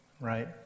right